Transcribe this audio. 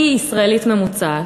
היא ישראלית ממוצעת,